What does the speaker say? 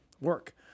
work